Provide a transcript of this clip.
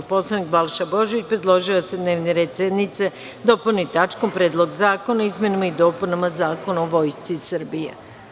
Narodni poslanik Balša Božović predložio je da se dnevni red sednice dopuni tačkom – Predlog zakona o izmenama i dopunama Zakona o Vojsci Srbije.